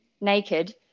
naked